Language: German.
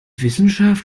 wissenschaft